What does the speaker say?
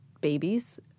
babies